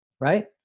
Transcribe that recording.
right